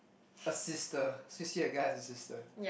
a sister see see the guy as a sister